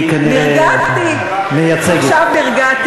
מרכזת